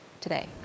today